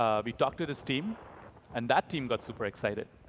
um we talked to this team and that team got super excited.